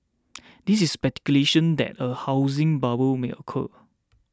this is speculation that a housing bubble may occur